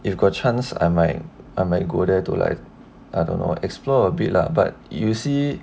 if got chance I might I might go there to like I don't know explore a bit lah but you see